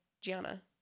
Gianna